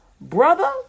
brother